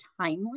timely